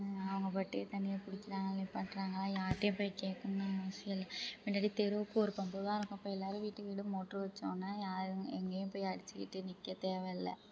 அவங்கப்பாட்டுக்கு தண்ணியை பிடிக்கிறாங்களா நிற்பாட்டுறாங்களா யாருட்டையும் போயி கேட்கணுன்னு அவசியம் இல்லை முன்னாடி தெருவுக்கு ஒரு பம்பு தான் இருக்கும் இப்போ எல்லோரும் வீட்டுக்கு வீடு மோட்ரு வச்சொன்ன யாரும் எங்கேயும் போய் அடிச்சுக்கிட்டு நிற்க தேவை இல்லை